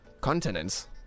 continents